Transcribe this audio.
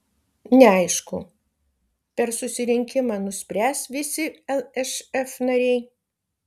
neaišku per susirinkimą nuspręs visi lšf nariai